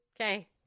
okay